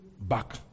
back